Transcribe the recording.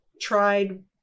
tried